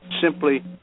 simply